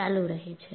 ચાલુ રહે છે